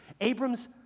Abrams